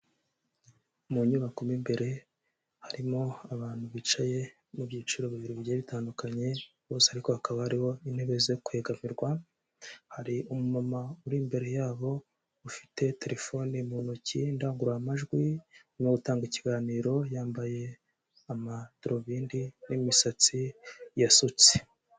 Mu nyubako mu imbere harimo abantu bicaye mu byiciro bibiri bigiye bitandukanye, bose ariko hakaba hariho intebe zo kwegamirwa. Hari umumama uri imbere yabo ufite telefoni mu ntoki, ndangururamajwi, urimo gutanga ikiganiro. Yambaye amadarubindi n'imisatsi yasutse.